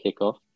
kickoff